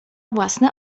własne